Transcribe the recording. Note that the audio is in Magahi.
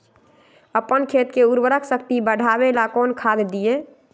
अपन खेत के उर्वरक शक्ति बढावेला कौन खाद दीये?